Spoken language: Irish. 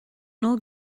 bhfuil